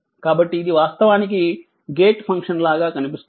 కాబట్టి ఇది వాస్తవానికి గేట్ ఫంక్షన్ లాగా కనిపిస్తుంది